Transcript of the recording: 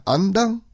Andang